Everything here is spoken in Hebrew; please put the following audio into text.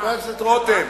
חבר הכנסת רותם,